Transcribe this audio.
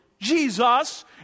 Jesus